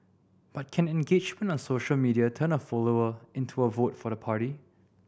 but can engagement on social media turn a follower into a vote for the party